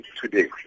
today